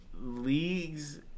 leagues